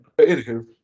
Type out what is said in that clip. Anywho